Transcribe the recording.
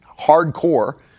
hardcore